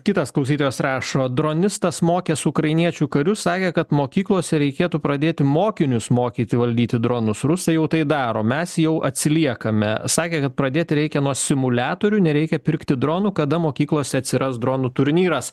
kitas klausytojas rašo dronistas mokęs ukrainiečių karius sakė kad mokyklose reikėtų pradėti mokinius mokyti valdyti dronus rusai jau tai daro mes jau atsiliekame sakė kad pradėti reikia nuo simuliatorių nereikia pirkti dronų kada mokyklose atsiras dronų turnyras